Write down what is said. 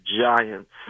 Giants